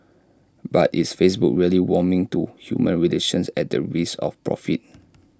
but is Facebook really warming to human relations at the risk of profit